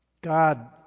God